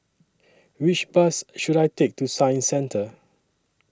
Which Bus should I Take to Science Centre